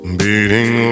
beating